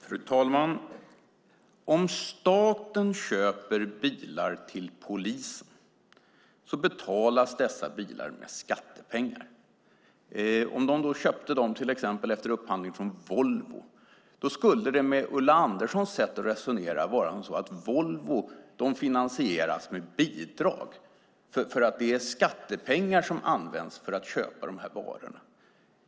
Fru talman! Om staten köper bilar till polisen betalas bilarna med skattepengar. Om man efter upphandling köpte dem från till exempel Volvo finansieras Volvo, med Ulla Anderssons sätt att resonera, med bidrag eftersom det är skattepengar som används för att köpa bilarna.